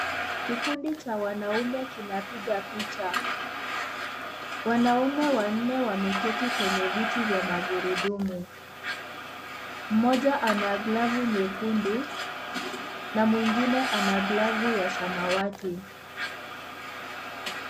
Kikundi cha wanaume kinapiga picha. Wanaume wanne wameketi kwenye viti vya magurudumu. Mmoja ana glavu nyekundu, na mwingine ana glavu ya samawati.